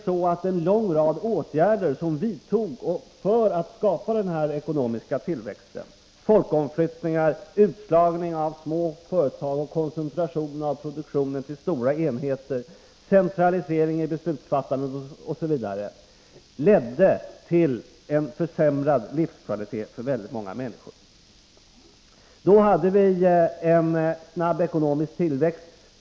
så att åtgärder som vidtogs för att skapa den här ekonomiska tillväxten — folkomflyttningar, utslagning av småföretag, koncentration av produktionen tillstora enheter, centralisering av beslutsfattande, osv. — ledde till försämrad livskvalitet för väldigt många människor. Då hade vi en snabb ekonomisk tillväxt.